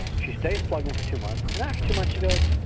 she stays plugged in for two months and after two months she goes,